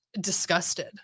disgusted